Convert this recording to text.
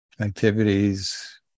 activities